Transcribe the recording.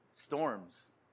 Storms